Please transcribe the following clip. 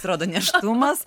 pasirodo nėštumas